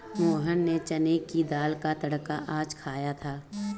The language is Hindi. मोहन ने चने की दाल का तड़का आज खाया था